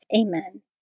Amen